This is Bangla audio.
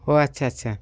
ও আচ্ছা আচ্ছা